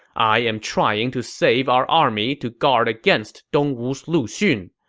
i am trying to save our army to guard against dongwu's lu xun.